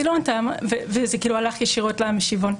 היא לא ענתה וזה הגיע ישירות למשיבון.